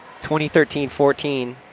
2013-14